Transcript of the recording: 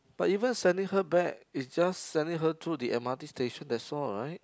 but even sending her back is just sending her to the m_r_t station that's all right